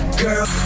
girl